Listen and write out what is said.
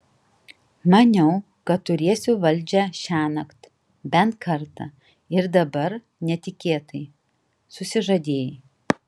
maniau kad turėsiu valdžią šiąnakt bent kartą ir dabar netikėtai susižadėjai